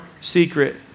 secret